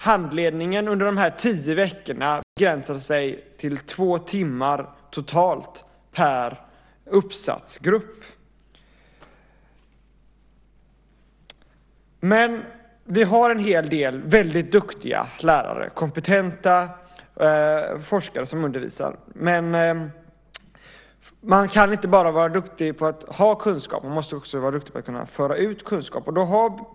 Handledningen under de tio veckorna begränsade sig till två timmar totalt per uppsatsgrupp. Vi har en hel del väldigt duktiga lärare, kompetenta forskare som undervisar. Men man kan inte bara vara duktig på att ha kunskap. Man måste också vara duktig på att kunna föra ut kunskap.